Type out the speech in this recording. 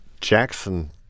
Jackson